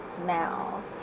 now